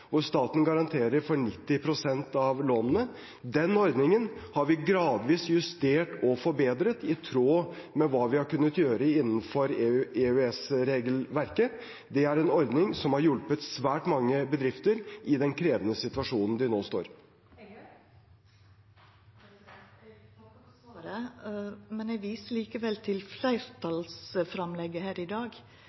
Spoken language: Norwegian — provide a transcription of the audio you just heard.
hvor staten garanterer for 90 pst. av lånene. Den ordningen har vi gradvis justert og forbedret i tråd med hva vi har kunnet gjøre innenfor EØS-regelverket. Det er en ordning som har hjulpet svært mange bedrifter i den krevende situasjonen de nå står i. Eg takkar for svaret, men viser likevel til fleirtalsframlegget her i dag,